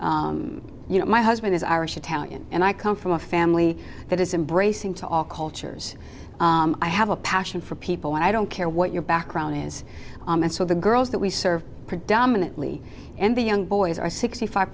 you know my husband is irish italian and i come from a family that is embracing to all cultures i have a passion for people i don't care what your background is and so the girls that we serve predominantly and the young boys are sixty five